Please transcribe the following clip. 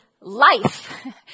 life